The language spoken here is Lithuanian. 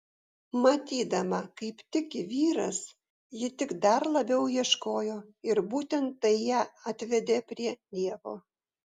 matydama kaip tiki vyras ji tik dar labiau ieškojo ir būtent tai ją atvedė prie dievo